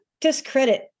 discredit